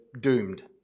doomed